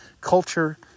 culture